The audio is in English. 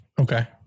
Okay